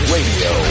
Radio